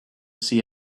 see